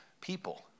people